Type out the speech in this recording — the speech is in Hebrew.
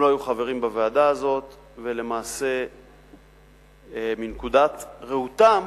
הם לא היו חברים בוועדה הזאת, ולמעשה מנקודת ראותם